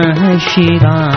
Shiva